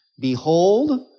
Behold